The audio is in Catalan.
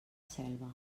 selva